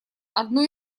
одно